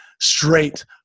straight